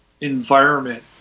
environment